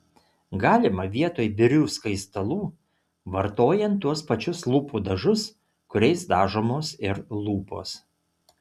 galima vietoj birių skaistalų vartojant tuos pačius lūpų dažus kuriais dažomos ir lūpos